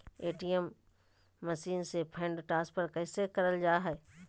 ATM machine से fund transfer कैसे करल जा है?